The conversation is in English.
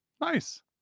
Nice